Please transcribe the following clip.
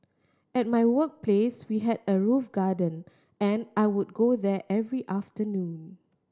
at my workplace we had a roof garden and I would go there every afternoon